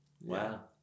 Wow